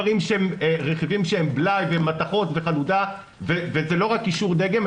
יש רכיבים שהם בלאי ומתכות וחלודה וזה לא רק אישור דגם,